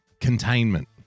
Containment